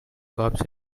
cops